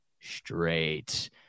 straight